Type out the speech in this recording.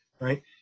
right